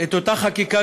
את אותה חקיקה,